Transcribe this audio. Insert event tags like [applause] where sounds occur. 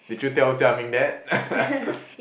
did you tell Jia-Ming that [laughs]